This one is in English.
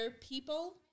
people